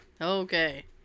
Okay